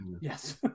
yes